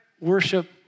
worship